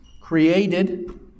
Created